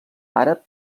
àrab